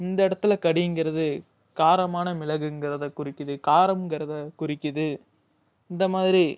இந்த இடத்துல கடிங்கிறது காரமான மிளகுங்கிறதை குறிக்குது காரம்ங்கிறதை குறிக்குது இந்த மாதிரி